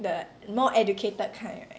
the more educated kind right